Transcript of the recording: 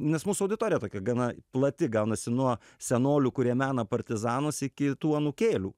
nes mūsų auditorija tokia gana plati gaunasi nuo senolių kurie mena partizanus iki tų anūkėlių